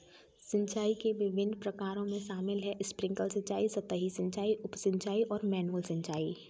सिंचाई के विभिन्न प्रकारों में शामिल है स्प्रिंकलर सिंचाई, सतही सिंचाई, उप सिंचाई और मैनुअल सिंचाई